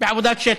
בעבודת שטח.